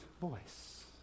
voice